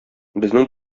безнең